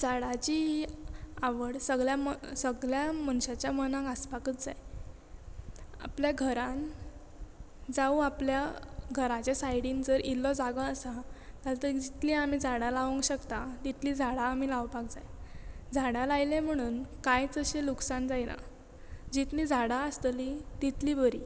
झाडाची ही आवड सगल्या सगल्या मनशाच्या मनाक आसपाकच जाय आपल्या घरान जावं आपल्या घराच्या सायडीन जर इल्लो जागो आसा जाल्यार जितली आमी झाडां लावंक शकता तितली झाडां आमी लावपाक जाय झाडां लायले म्हणून कांयच अशें लुकसान जायना जितलीं झाडां आसतली तितलीं बरीं